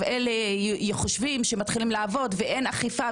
אלה חושבים שמתחילים לעבוד ואין אכיפה,